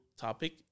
topic